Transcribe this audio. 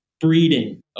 breeding